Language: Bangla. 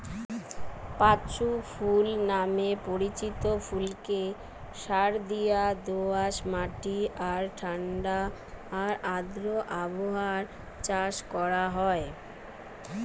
পাঁচু ফুল নামে পরিচিত ফুলকে সারদিয়া দোআঁশ মাটি আর ঠাণ্ডা আর আর্দ্র আবহাওয়ায় চাষ করা হয়